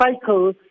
cycle